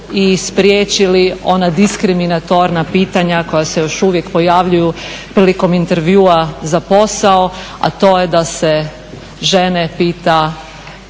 i spriječili ona diskriminatorna pitanja koja se još uvijek pojavljuju prilikom intervjua za posao, a to je da se žene pita